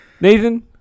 Nathan